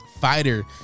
fighter